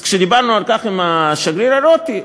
כשדיברנו על כך עם שגריר האיחוד האירופי,